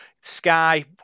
Sky